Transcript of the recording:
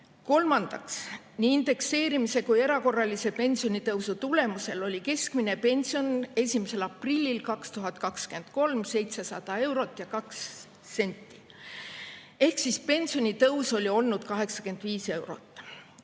Kolmandaks, nii indekseerimise kui ka erakorralise pensionitõusu tulemusel oli keskmine pension 1. aprillil 2023. aastal 700 eurot ja 2 senti ehk pensionitõus oli olnud 85 eurot.